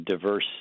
diverse